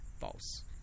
false